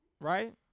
right